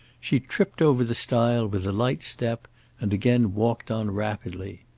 she tripped over the stile with a light step and again walked on rapidly.